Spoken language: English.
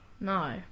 No